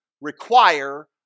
require